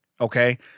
okay